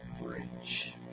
bridge